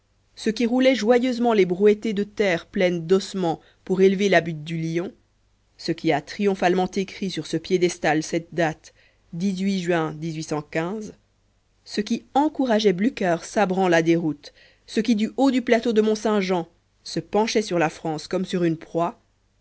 ce qui roulait joyeusement les brouettées de terre pleine d'ossements pour élever la butte du lion ce qui a triomphalement écrit sur ce piédestal cette date juin ce qui encourageait blücher sabrant la déroute ce qui du haut du plateau de mont-saint-jean se penchait sur la france comme sur une proie